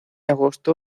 agosto